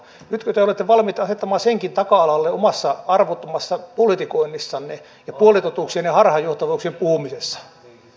nytkö te olette valmiita heittämään senkin taka alalle omassa arvottomassa politikoinnissanne ja puolitotuuksien ja harhaanjohtavuuksien puhumisessa